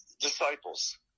disciples